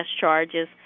charges